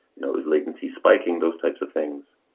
you know is latency spiking? those types of things.